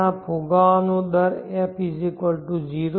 આપણે ફુગાવાનો દર f 0